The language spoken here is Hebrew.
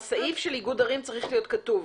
הסעיף של איגוד ערים צריך להיות כתוב,